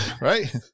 right